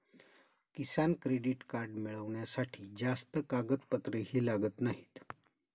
किसान credit card मिळवण्यासाठी जास्त कागदपत्रेही लागत नाहीत